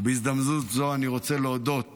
בהזדמנות זו, אני רוצה להודות